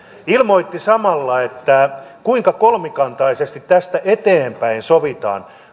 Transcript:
ilmoitti samalla kuinka kolmikantaisesti tästä eteenpäin sovitaan